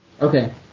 okay